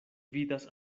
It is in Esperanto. vidas